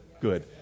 good